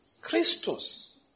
Christus